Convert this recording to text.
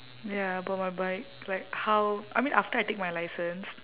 ya I bought my bike like how I mean after I take my license